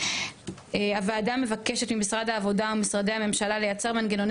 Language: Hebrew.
5. הוועדה מבקשת ממשרד העבודה ומשרדי הממשלה לייצר מנגנוני